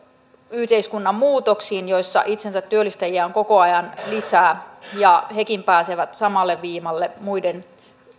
yhteiskunnan muutoksiin joissa itsensätyöllistäjiä on koko ajan lisää ja hekin pääsevät samalle viivalle muiden